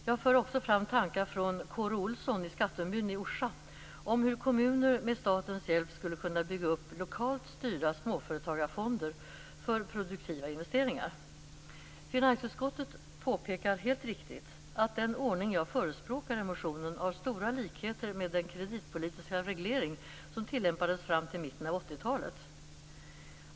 Jag för också fram tankar från Kåre Olsson i Skattungbyn i Orsa om hur kommuner med statens hjälp skulle kunna bygga upp lokalt styrda småföretagarfonder för produktiva investeringar. Finansutskottet påpekar helt riktigt att den ordning som jag förespråkar i motionen har stora likheter med den kreditpolitiska reglering som tillämpades fram till mitten av 1980-talet.